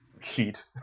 sheet